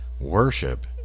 worship